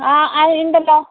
ആ ആ ഉണ്ടല്ലോ